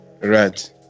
Right